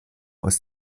aus